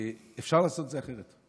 אפשר לעשות את זה אחרת.